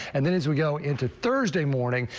and then as we go into thursday morning.